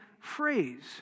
phrase